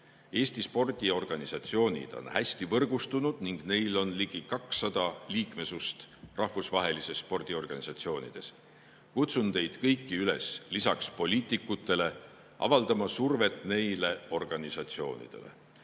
Eesti spordiorganisatsioonid on hästi võrgustunud ning neil on ligi 200 liikmesust rahvusvahelistes spordiorganisatsioonides. Kutsun teid kõiki üles lisaks poliitikutele avaldama survet neile organisatsioonidele.